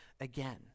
again